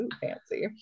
fancy